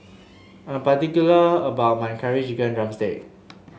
I am particular about my Curry Chicken drumstick